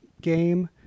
game